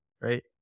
right